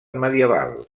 medieval